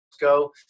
go